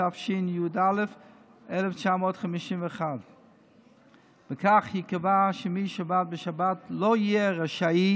התשי"א 1951. בכך ייקבע שמי שעבד בשבת לא יהיה רשאי